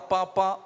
Papa